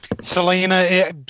Selena